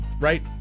right